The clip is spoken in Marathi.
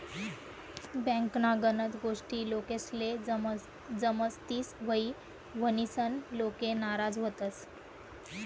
बँकन्या गनच गोष्टी लोकेस्ले समजतीस न्हयी, म्हनीसन लोके नाराज व्हतंस